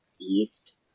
east